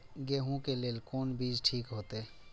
गेहूं के लेल कोन बीज ठीक होते?